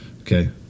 Okay